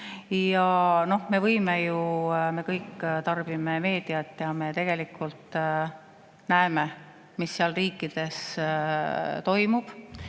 me kõik ju tarbime meediat ja tegelikult näeme, mis seal riikides toimub